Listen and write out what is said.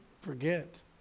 forget